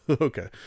Okay